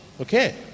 Okay